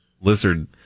Lizard